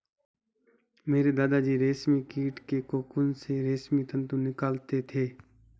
मेरे दादा जी रेशमी कीट के कोकून से रेशमी तंतु निकालते थे